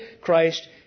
Christ